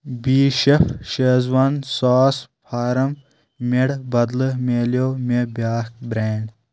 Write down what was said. B chef Schezwan sauce فارم میڈ بدلہٕ مِلٮ۪و مےٚ بیٚاکھ برینڈ